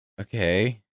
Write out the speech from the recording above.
okay